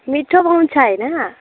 मिठो बनाउँछ होइन